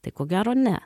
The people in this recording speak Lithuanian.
tai ko gero ne